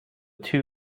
two